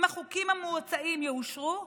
אם החוקים המוצעים יאושרו,